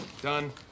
Done